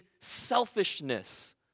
selfishness